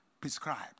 prescribed